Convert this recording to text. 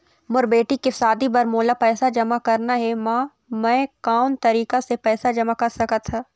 मोर बेटी के शादी बर मोला पैसा जमा करना हे, म मैं कोन तरीका से पैसा जमा कर सकत ह?